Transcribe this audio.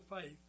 faith